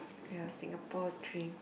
ya Singapore dream